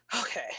okay